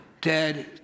dead